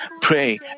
pray